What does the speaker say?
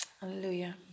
Hallelujah